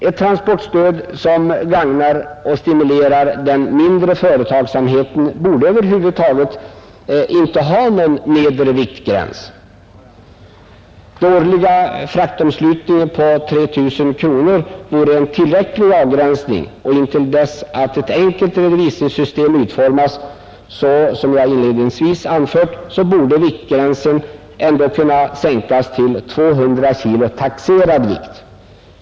Ett transportstöd som gagnar och stimulerar den mindre företagsamheten borde över huvud taget inte ha någon nedre viktgräns. Den årliga fraktomslutningen på 3 000 kronor vore en tillräcklig avgränsning. Intill dess att ett enkelt redovisningssystem utformats, så som jag inledningsvis anfört, borde viktgränsen ändå kunna sänkas till 200 kg taxerad vikt.